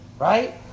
right